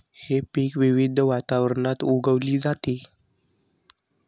हे पीक विविध वातावरणात उगवली जाते